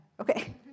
Okay